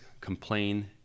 complain